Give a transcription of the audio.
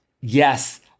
Yes